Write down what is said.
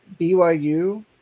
BYU